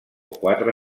quatre